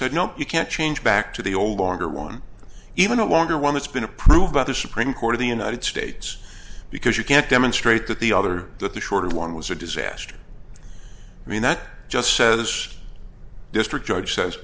said no you can't change back to the old longer one even a longer one that's been approved by the supreme court of the united states because you can't demonstrate that the other the shorter one was a disaster i mean that just says district judge says